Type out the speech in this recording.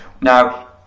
Now